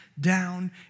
down